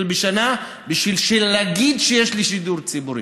בשנה בשביל להגיד: יש לי שידור ציבורי.